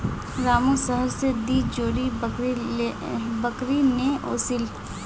रामू शहर स दी जोड़ी बकरी ने ओसील